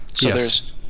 yes